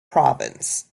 province